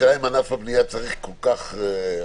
השאלה אם ענף הבנייה צריך כל כך הרבה זמן.